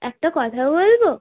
একটা কথা বলব